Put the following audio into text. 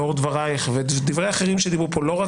פה אין לנו.